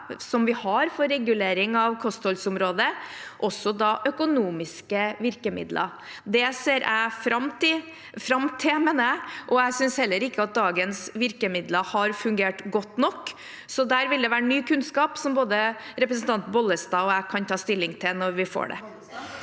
som vi har for regulering av kostholdsområdet, også økonomiske virkemidler. Det ser jeg fram til, og jeg synes heller ikke at dagens virkemidler har fungert godt nok. Så der vil det være ny kunnskap som både representanten Bollestad og jeg kan ta stilling til når vi får den.